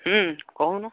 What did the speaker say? ହୁଁ କହୁନୁ